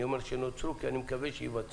אני אומר שנוצרו כי אני מקווה שייווצרו.